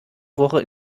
woche